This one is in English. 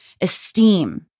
esteem